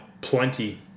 plenty